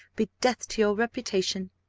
be death to your reputation.